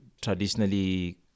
traditionally